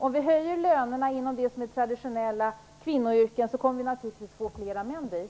Om vi höjer lönerna inom traditionella kvinnoyrken, kommer vi naturligtvis att få fler män dit.